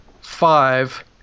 five